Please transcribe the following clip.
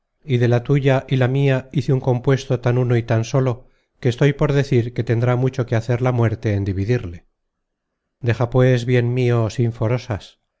search generated at tuya y la mia hice un compuesto tan uno y tan solo que estoy por decir que tendrá mucho que hacer la muerte en dividirle deja pues bien mio